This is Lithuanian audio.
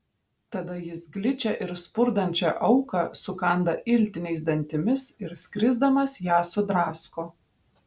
tada jis gličią ir spurdančią auką sukanda iltiniais dantimis ir skrisdamas ją sudrasko